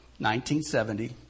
1970